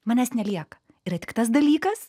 manęs nelieka yra tik tas dalykas